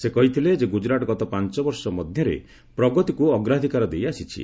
ସେ କହିଥିଲେ ଯେ ଗୁଜରାଟ ଗତ ପାଞ୍ଚ ବର୍ଷ ମଧ୍ୟରେ ପ୍ରଗତିକୁ ଅଗ୍ରାଧିକାର ଦେଇ ଆସିଛି